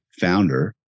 founder